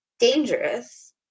dangerous